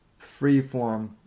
freeform